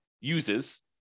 uses